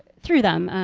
through them.